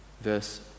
Verse